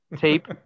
tape